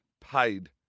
paid